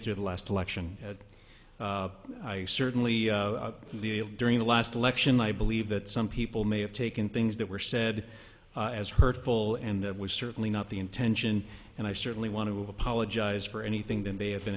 through the last election i certainly the during the last election i believe that some people may have taken things that were said as hurtful and that was certainly not the intention and i certainly want to apologize for anything that they have been